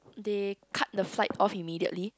they cut the flight off immediately